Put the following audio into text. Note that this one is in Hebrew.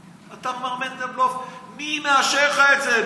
אתה, מר מנדלבלוף, מי מאשר לך את זה?